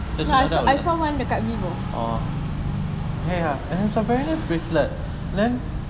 no I saw one dekat vivo